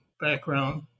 background